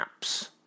apps